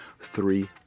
three